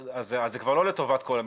אז זה כבר לא לטובת כל המשתתפים.